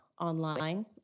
online